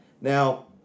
Now